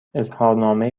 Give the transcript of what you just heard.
اظهارنامه